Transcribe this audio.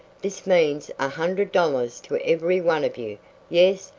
this means a hundred dollars to every one of you yes,